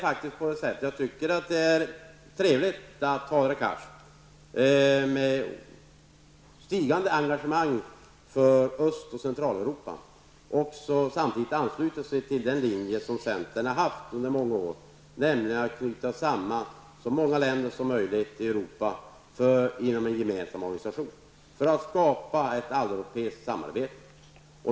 Jag tycker att det är trevligt att Hadar Cars med stigande engagemang för Öst och Centraleuropa samtidigt ansluter sig till den linje som centern har haft under många år, nämligen att knyta samman så många länder som möjligt i Europa för och inom en gemensam organisation för att skapa ett alleuropeiskt samarbete.